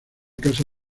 casa